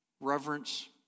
Reverence